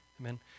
Amen